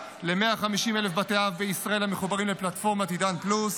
ל-150,000 בתי אב בישראל המחוברים לפלטפורמת עידן פלוס.